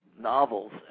novels